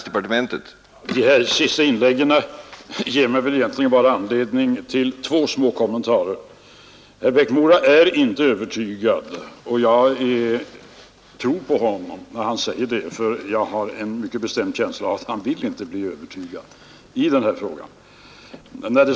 Herr talman! De här senaste inläggen ger mig väl bara anledning till två små kommentarer. Herr Eriksson i Bäckmora är inte övertygad, och jag tror på honom när han säger det, för jag har en mycket bestämd känsla av att han inte vill bli övertygad i den här frågan.